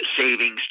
savings